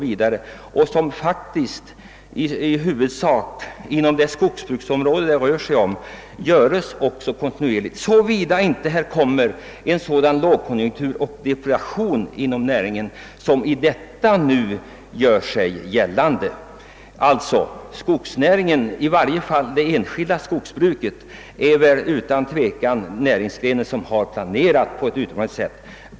Inom dessa skogsbruksområden görs i huvudsak också skogsuttag kontinuerligt, såvida det inte uppstår en lågkonjunktur inom näringen av det slag som nu gör sig gällande. Skogsnäringen är 'en näringsgren som har planerat och måste planera på lång sikt.